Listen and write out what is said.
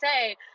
say